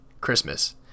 christmas